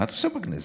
מה את עושה בכנסת?